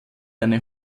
eine